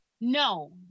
no